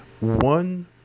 One